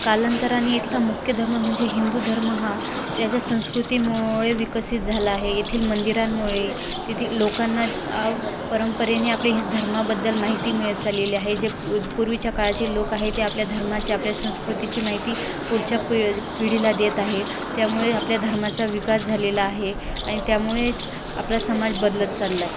कालांतराने इथला मुख्य धर्म म्हणजे हिंदू धर्म हा त्याच्या संस्कृतीमुळे विकसित झाला आहे येथील मंदिरांमुळे तेथील लोकांना परंपरेने आपले हे धर्माबद्दल माहिती मिळत चाललेले आहे जे पू पूर्वीच्या काळाचे लोक आहे ते आपल्या धर्माचे आपल्या संस्कृतीची माहिती पुढच्या पि पिढीला देत आहे त्यामुळे आपल्या धर्माचा विकास झालेला आहे आणि त्यामुळेच आपला समाज बदलत चालला आहे